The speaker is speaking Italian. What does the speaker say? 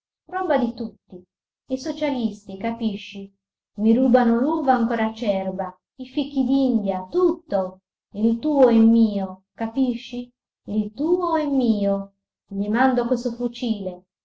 roba di tutti i socialisti capisci mi rubano l'uva ancora acerba i fichidindia tutto il tuo è mio capisci il tuo è mio gli mando questo fucile